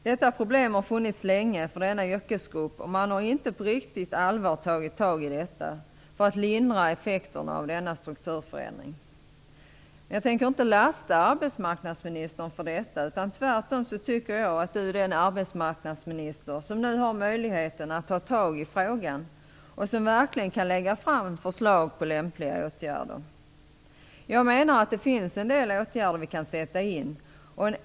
Detta problem har funnits länge för denna yrkesgrupp, och man inte på riktigt allvar tagit tag i det för att lindra effekterna av strukturförändringen. Jag tänker inte lasta arbetsmarknadsministern för detta. Tvärtom anser jag att Anders Sundström är den arbetsmarknadsminister som nu har möjlighet att ta itu med frågan och som verkligen kan lägga fram ett förslag till lämpliga åtgärder. Det finns en del åtgärder som man kan sätta in.